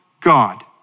God